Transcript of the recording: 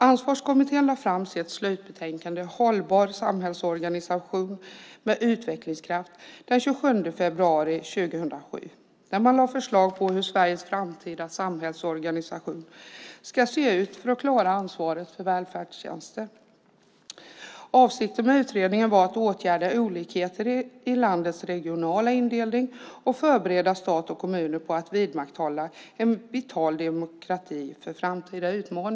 Ansvarskommittén lade fram sitt slutbetänkande Hållbar samhällsorganisation med utvecklingskraft den 27 februari 2007. Där lade man fram förslag på hur Sveriges framtida samhällsorganisation ska se ut för att klara ansvaret för välfärdstjänster. Avsikten med utredningen var att åtgärda olikheter i landets regionala indelning och förbereda stat och kommuner på att vidmakthålla en vital demokrati för framtida utmaningar.